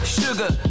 sugar